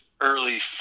early